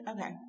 Okay